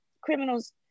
criminals